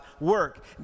work